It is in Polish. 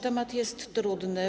Temat jest trudny.